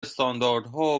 استانداردها